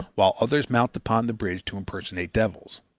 while others mount upon the bridge to impersonate devils.